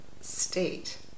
state